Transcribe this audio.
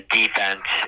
defense